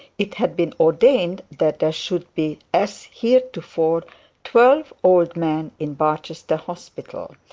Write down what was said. it had been ordained that there should be, as heretofore, twelve old men in barchester hospital,